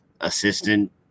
assistant